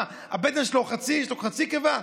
מה, הבטן שלו היא חצי, יש לו חצי קיבה?